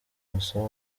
mbasaba